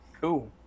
Cool